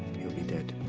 he'll be dead.